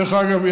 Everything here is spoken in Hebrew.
דרך אגב,